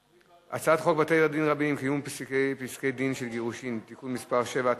הצעת חוק בתי-דין רבניים (קיום פסקי-דין של גירושין) (תיקון מס' 7),